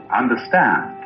understand